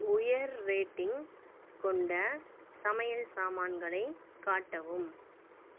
உயர் ரேட்டிங் கொண்ட சமையல் சாமான்களை காட்டவும்